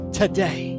today